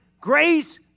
grace